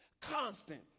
constant